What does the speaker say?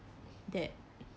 that